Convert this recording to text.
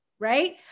right